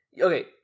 okay